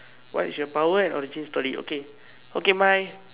what is your power and origin story okay okay my